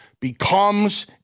becomes